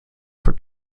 for